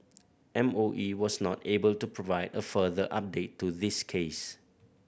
M O E was not able to provide a further update to this case